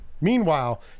Meanwhile